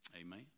amen